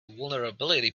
vulnerability